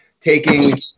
taking